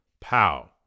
Pow